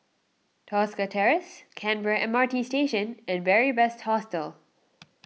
Tosca Terrace Canberra M R T Station and Beary Best Hostel